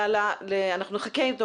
אנחנו נחכה איתו,